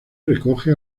recoge